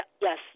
Yes